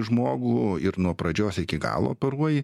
žmogų ir nuo pradžios iki galo operuoji